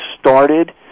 started